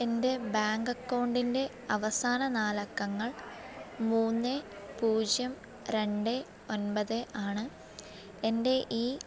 എൻ്റെ ബാങ്ക് അക്കൗണ്ടിൻ്റെ അവസാന നാലക്കങ്ങൾ മൂന്നേ പൂജ്യം രണ്ടേ ഒൻപതേ ആണ് എൻ്റെ ഈ